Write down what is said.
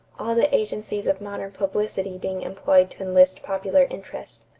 all the agencies of modern publicity being employed to enlist popular interest.